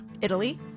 Italy